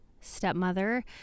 stepmother